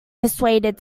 persuaded